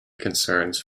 concerns